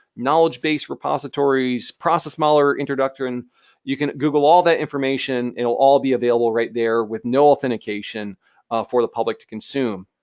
knowledge base repositories, process modeler introduction, and you can google all that information. it will all be available right there with no authentication for the public to consume.